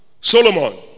Solomon